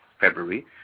February